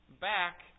back